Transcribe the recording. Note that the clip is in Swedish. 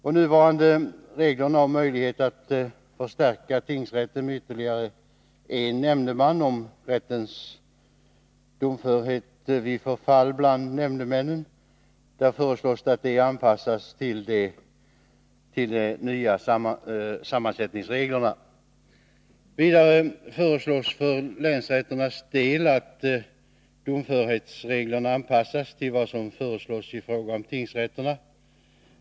De nuvarande reglerna om möjlighet att förstärka tingsrätten med ytterligare en nämndeman och om rättens domförhet vid förfall bland nämndemännen föreslås bli anpassade till de nya sammansättningsreglerna. Vidare föreslås för länsrätternas del att domförhetsreglerna anpassas till vad som föreslås i fråga om tingsrätterna.